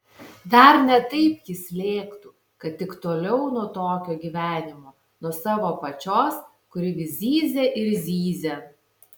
dar ne taip jis lėktų kad tik toliau nuo tokio gyvenimo nuo savo pačios kuri vis zyzia ir zyzia